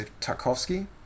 Tarkovsky